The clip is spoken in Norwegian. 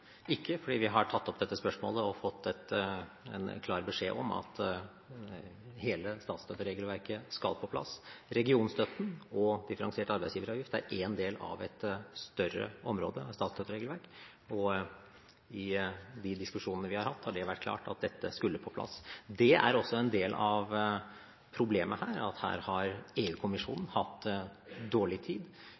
ikke, for vi har tatt opp dette spørsmålet og fått en klar beskjed om at hele statsstøtteregelverket skal på plass. Regionstøtten og differensiert arbeidsgiveravgift er én del av et større statsstøtteregelverk, og i de diskusjonene vi har hatt, har det vært klart at dette skulle på plass. Det er også en del av problemet her, nemlig at EU-kommisjonen her har hatt dårlig tid.